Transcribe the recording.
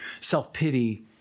self-pity